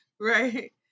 Right